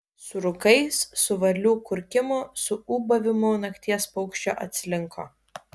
su rūkais su varlių kurkimu su ūbavimu nakties paukščio atslinko